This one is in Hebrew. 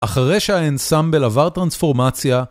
אחרי שהאנסמבל עבר טרנספורמציה,